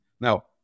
now